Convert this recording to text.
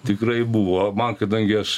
tikrai buvo man kadangi aš